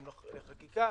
גם חקיקה.